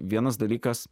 vienas dalykas